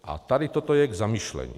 A tady toto je k zamyšlení.